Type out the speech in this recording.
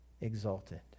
exalted